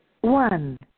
one